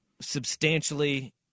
substantially